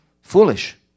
Foolish